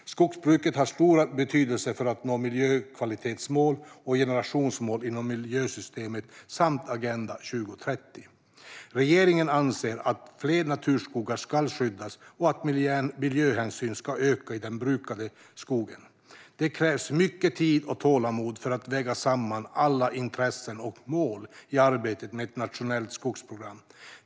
Skogsbruket har stor betydelse för att nå miljökvalitetsmål och generationsmål inom miljömålssystemet samt Agenda 2030. Regeringen anser att fler naturskogar ska skyddas och att miljöhänsynen ska öka i den brukade skogen. Det krävs mycket tid och tålamod för att väga samman alla intressen och mål i arbetet med ett nationellt skogsprogram.